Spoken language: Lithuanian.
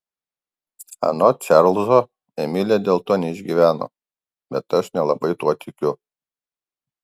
anot čarlzo emilė dėl to neišgyveno bet aš nelabai tuo tikiu